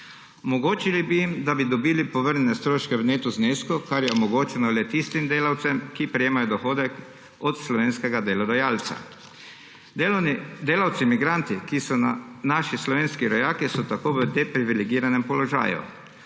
Omogočili bi jim, da bi dobili povrnjene stroške v neto znesku, kar je omogočeno le tistim delavcem, ki prejemajo dohodek od slovenskega delodajalca. Delavci migranti, ki so naši slovenski rojaki, so tako v deprivilegiranem položaju.